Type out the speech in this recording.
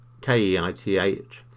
K-E-I-T-H